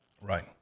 Right